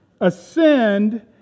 Ascend